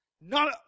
None